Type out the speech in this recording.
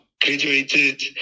graduated